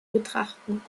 betrachten